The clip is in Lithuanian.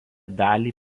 dalį